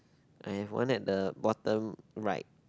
and one at the bottom right